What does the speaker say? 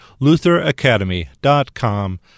lutheracademy.com